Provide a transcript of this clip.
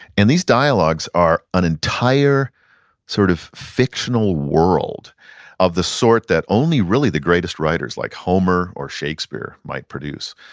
and these dialogues are an entire sort of fictional world of the sort that only really the greatest writers like homer, or shakespeare might produce.